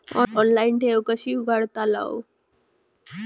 Online ठेव कशी उघडतलाव?